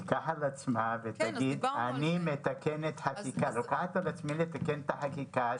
תיקח על עצמה ותגיד: אני לוקחת על עצמי לתקן את החקיקה,